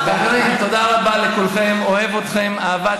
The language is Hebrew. כמה ירדת?